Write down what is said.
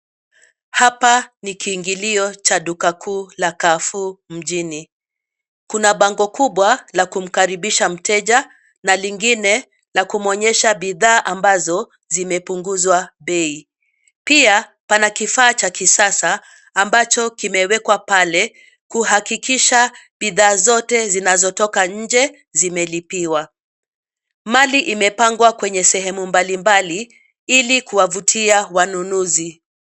Hapa ni kiingilio cha duka kuu la Carrefour mjini. Kuna bango kubwa, la kumkaribisha mteja, na lingine la kumuonyesha bidhaa ambazo zimepunguzwa bei. Pia, pana kifaa cha kisasa, ambacho kimewekwa pale kuhakikisha bidhaa zote zinazotoka nje zimelipiwa. Mali imepangwa kwenye sehemu mbalimbali, ili kuwavutia wanunuzi.